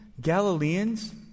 Galileans